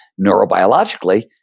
Neurobiologically